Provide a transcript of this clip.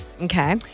Okay